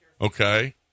okay